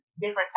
different